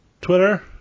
Twitter